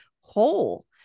whole